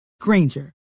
Granger